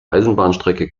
eisenbahnstrecke